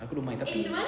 aku don't mind tapi